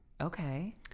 Okay